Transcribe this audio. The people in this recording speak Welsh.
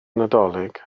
nadolig